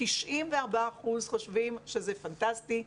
94% חושבים שזה פנטסטי,